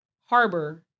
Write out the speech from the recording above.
harbor